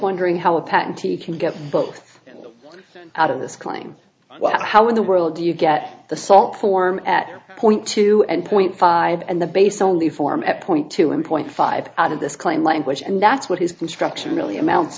wondering how a patentee can get both out of this claim but how in the world do you get the salt form at point two and point five and the base only form at point two and point five out of this claim language and that's what his construction really amounts